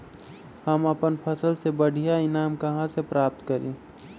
हम अपन फसल से बढ़िया ईनाम कहाँ से प्राप्त करी?